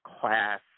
class